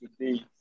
today